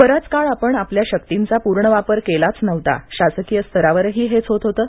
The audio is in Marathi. बराच काळ आपण आपल्या शक्तींचा पूर्ण वापर केलाच नव्हता शासकीय स्तरावरही हेच होत होतं